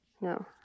No